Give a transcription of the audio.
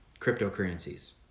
cryptocurrencies